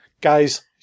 Guys